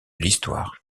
l’histoire